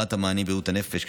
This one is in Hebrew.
להגברת המענים בבריאות הנפש,